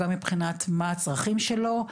גם מבחינת מה הצרכים שלו,